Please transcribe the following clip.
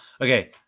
Okay